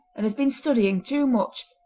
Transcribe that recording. and has been studying too much,